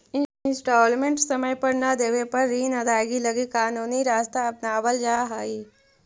instalment समय पर न देवे पर ऋण अदायगी लगी कानूनी रास्ता अपनावल जा हई